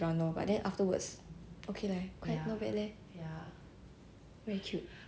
very cute ya it's so unrealistic